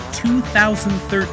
2013